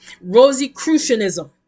rosicrucianism